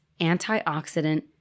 antioxidant